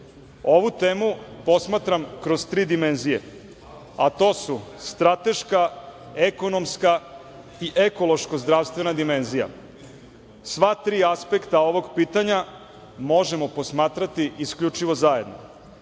Ovu temu posmatram kroz tri dimenzije, a to su: strateška, ekonomska i ekološko-zdravstvena dimenzija. Sva tri aspekta ovog pitanja možemo posmatrati isključivo zajedno.U